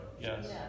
yes